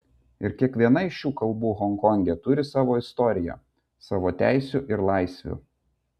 ir kiekviena iš šių kalbų honkonge turi savo istoriją savo teisių ir laisvių